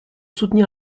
soutenir